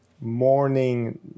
morning